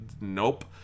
nope